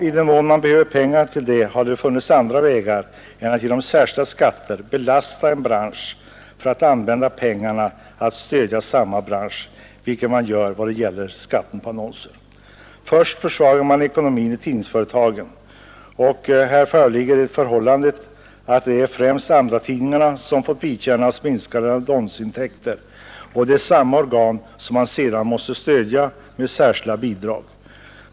I den mån man behöver pengar till detta hade det funnits andra vägar att gå än att genom särskilda skatter belasta en bransch för att använda pengarna till att stödja samma bransch, vilket man gör genom skatten på annonser. Först försvagar man ekonomin i tidningsföretagen — och här föreligger det förhållandet att det främst är andratidningarna som fått vidkännas minskade annonsintäkter — och sedan stöder man samma organ med särskilda bidrag.